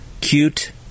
cute